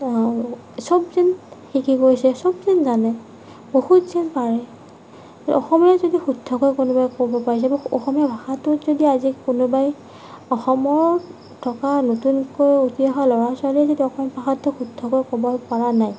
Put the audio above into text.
সব যেন শিকি গৈছে সব যেন জানে বহুত যেন পাৰে অসমীয়া যদি শুদ্ধকৈ কোনোবাই ক'ব পাৰিছে অসমীয়া ভাষাটো যদি আজি কোনোবাই অসমত থকা নতুনকৈ উঠি অহা ল'ৰা ছোৱালীয়ে যদি অসমীয়া ভাষাটো শুদ্ধকৈ ক'ব পৰা নাই